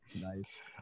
Nice